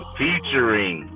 featuring